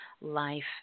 life